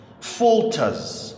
falters